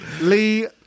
Lee